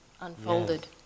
unfolded